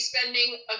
spending